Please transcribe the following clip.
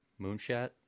Moonshot